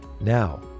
Now